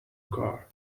car